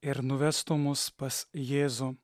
ir nuvestų mus pas jėzų